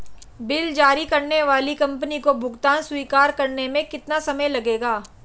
Bill जारी करने वाली कंपनी को भुगतान स्वीकार करने में कितना समय लगेगा?